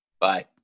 Bye